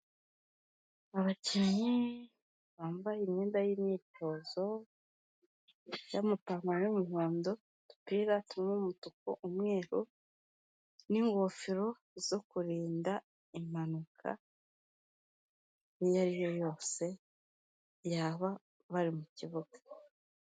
Abakinnyi bambaye imyenda y'imyitozo y'amapantaro y'umuhondo, udupira turimo umutuku, umweru n'ingofero zo kurinda impanuka iyo ari yo yose yaba bari mu kibuga.